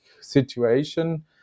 situation